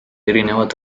erinevad